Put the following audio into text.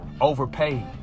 overpaid